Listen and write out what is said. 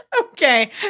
Okay